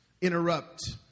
interrupt